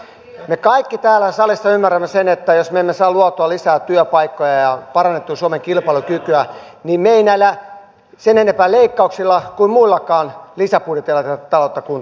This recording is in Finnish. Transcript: me kaikki täällä salissa ymmärrämme sen että jos me emme saa luotua lisää työpaikkoja ja parannettua suomen kilpailukykyä niin me emme sen enempää leikkauksilla kuin muillakaan lisäbudjeteilla saa tätä taloutta kuntoon